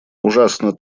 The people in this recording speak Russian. ужасно